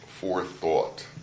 forethought